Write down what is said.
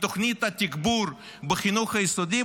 מתוכנית התגבור בחינוך היסודי,